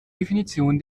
definition